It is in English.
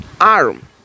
ARM